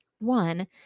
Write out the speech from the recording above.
One